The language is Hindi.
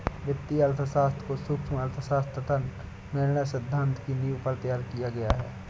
वित्तीय अर्थशास्त्र को सूक्ष्म अर्थशास्त्र तथा निर्णय सिद्धांत की नींव पर तैयार किया गया है